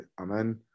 Amen